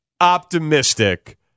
optimistic